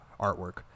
artwork